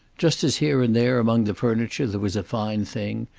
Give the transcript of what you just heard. just as here and there among the furniture there was a fine thing,